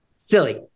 Silly